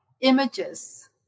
images